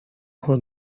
ucho